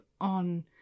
on